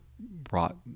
Brought